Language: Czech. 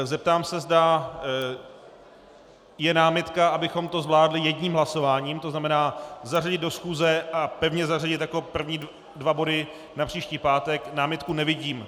Zeptám se, zda je námitka, abychom to zvládli jedním hlasováním, to znamená, zařadit do schůze a pevně zařadit jako první dva body na příští pátek námitku nevidím.